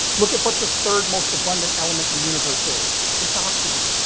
look at what the third most abundant element in the universe is. it's oxygen.